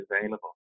available